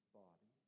body